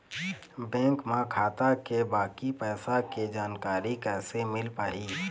Bank म खाता के बाकी पैसा के जानकारी कैसे मिल पाही?